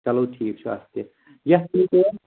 چلو ٹھیٖک چھُ اَدٕ کیٛاہ یَتھ